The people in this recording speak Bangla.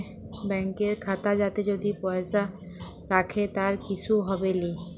ব্যাংকের খাতা যাতে যদি পয়সা রাখে তার কিসু হবেলি